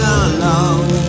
alone